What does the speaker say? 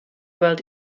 gweld